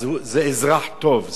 זה אזרח טוב.